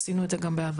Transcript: עשינו את זה גם בעבר.